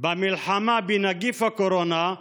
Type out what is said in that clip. במלחמה בנגיף הקורונה,